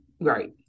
right